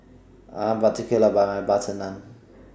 I'm particular about My Butter Naan